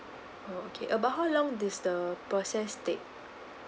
okay about how long does the process take